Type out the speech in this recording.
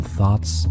thoughts